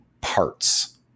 parts